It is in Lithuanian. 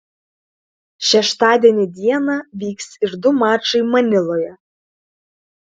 šeštadienį dieną vyks ir du mačai maniloje